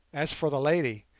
as for the lady,